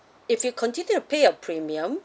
if you continue to pay your premium